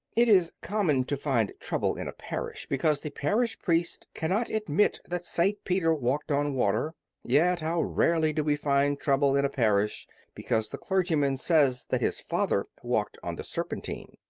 it is common to find trouble in a parish because the parish priest cannot admit that st. peter walked on water yet how rarely do we find trouble in a parish because the clergyman says that his father walked on the serpentine?